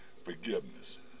forgiveness